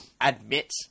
admit